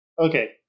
Okay